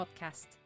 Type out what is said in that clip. Podcast